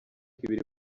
ibiri